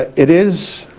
it? it is,